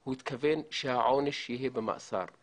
הוא התכוון שהעונש יהיה במאסר,